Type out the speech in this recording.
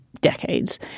decades